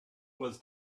was